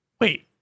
Wait